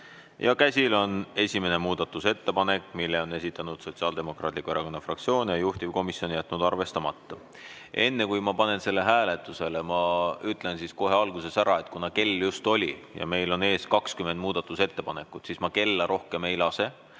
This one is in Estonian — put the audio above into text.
Käsil on esimene muudatusettepanek, mille on esitanud Sotsiaaldemokraatliku Erakonna fraktsioon ja juhtivkomisjon on jätnud arvestamata. Enne kui ma panen selle hääletusele, ütlen kohe alguses ära, et kuna kell just oli ja meil on ees 20 muudatusettepanekut, siis ma kella rohkem ei lase